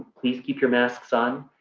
please keep your masks on.